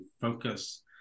focus